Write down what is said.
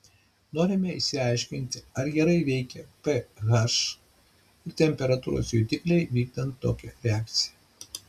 norime išsiaiškinti ar gerai veikia ph ir temperatūros jutikliai vykdant tokią reakciją